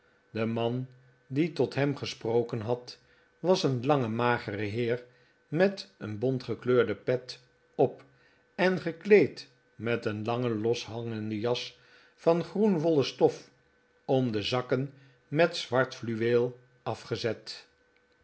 de man die tot hem gesproken had was een lange magere heer met een bontgekleurde pet op en gekleed met een lange loshangende jas van groene wollen stof om de zakken met zwart fluweel afgezet